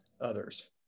others